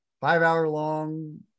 five-hour-long